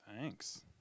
Thanks